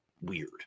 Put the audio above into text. weird